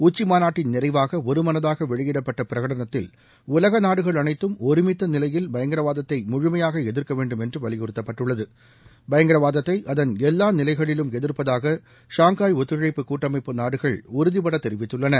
உச்சிமாநாட்டின் நிறைவாக ஒருமனதாக வெளியிடப்பட்ட பிரகடனத்தில் உலக நாடுகள் அனைத்தும் ஒருமித்த நிலையில் பயங்கரவாதத்தை முழுமையாக எதிர்க்க வேண்டும் என்று வலியறுத்தப்பட்டுள்ளது பயங்கரவாதத்தை அதன் எல்லா நிலைகளிலும் எதிர்ப்பதாக ஷாங்காய் ஒத்துழைப்பு கூட்டமைப்பு நாடுகள் உறுதிப்பட தெரிவித்துள்ளன